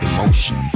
Emotion